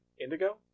Indigo